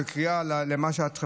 תשובה למה שאת העלית,